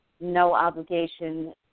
no-obligation